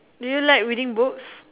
do you like reading books